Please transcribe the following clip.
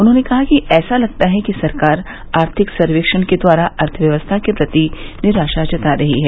उन्होंने कहा कि ऐसा लगता है कि सरकार आर्थिक सर्वव्नण के द्वारा अर्थव्यवस्था के प्रति निराशा जता रही है